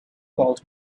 called